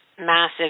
massive